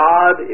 God